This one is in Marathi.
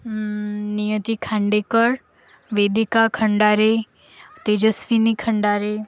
नियती खांडेकर वेदिका खंडारे तेजस्विनी खंडारे